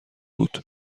بود